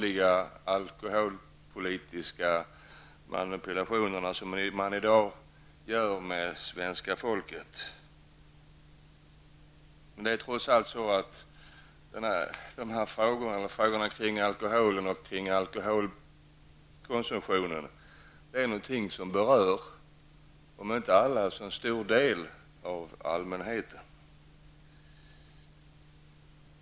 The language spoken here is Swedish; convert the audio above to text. Den skall kanske manipuleras, något som är vanligt i alkoholpolitiken, på samma sätt som det svenska folket i dag manipuleras. Men frågor som gäller alkohol och alkoholkonsumtion är trots allt någonting som berör kanske inte alla men väl en stor del av allmänheten.